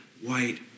white